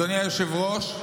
אדוני היושב-ראש,